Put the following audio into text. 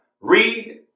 read